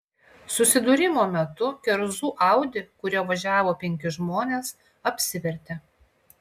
susidūrimo metu kerzų audi kuriuo važiavo penki žmonės apsivertė